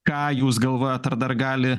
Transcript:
ką jūs galvojat ar dar gali